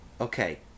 Okay